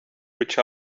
which